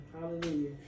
Hallelujah